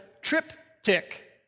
triptych